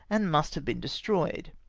and must have been destroyed.